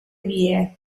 vie